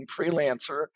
freelancer